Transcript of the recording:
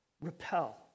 repel